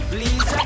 Please